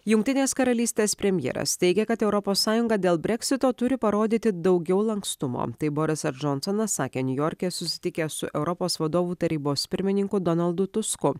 jungtinės karalystės premjeras teigia kad europos sąjungą dėl breksito turi parodyti daugiau lankstumo tai borisas džonsonas sakė niujorke susitikęs su europos vadovų tarybos pirmininku donaldu tusku